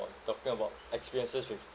talking about experiences with